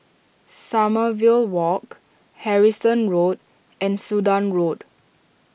Sommerville Walk Harrison Road and Sudan Road